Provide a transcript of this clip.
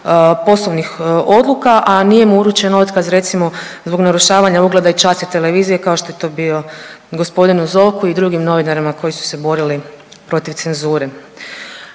poslovnih odluka, a nije mu uručen otkaz, recimo, zbog narušavanja ugleda i časti televizije, kao što je to bio g. Zovku i drugim novinarima koji su se borili protiv cenzure.